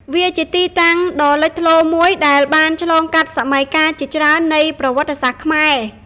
វាជាទីតាំងដ៏លេចធ្លោមួយដែលបានឆ្លងកាត់សម័យកាលជាច្រើននៃប្រវត្តិសាស្ត្រខ្មែរ។